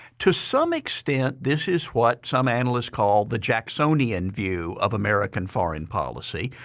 to some extent, this is what some analysts call the jacksonian view of american foreign policy,